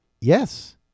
Yes